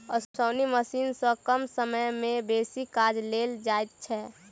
ओसौनी मशीन सॅ कम समय मे बेसी काज लेल जाइत छै